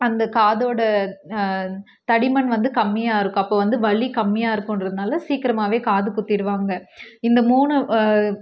அந்த காதோட தடிமன் வந்து கம்மியாக இருக்கும் அப்போது வந்து வலி கம்மியாக இருக்குகிறதுனால சீக்கிரமாகவே காது குத்திவிடுவாங்க இந்த மூணு